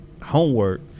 homework